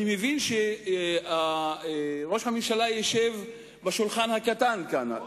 אני מבין שראש הממשלה ישב בשולחן הקטן כאן.